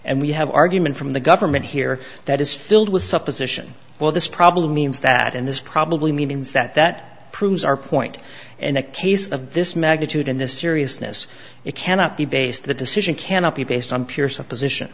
and we have argument from the government here that is filled with supposition well this probably means that and this probably means that that proves our point and a case of this magnitude in this seriousness it cannot be based the decision cannot be based on pure supposition